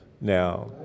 now